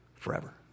Forever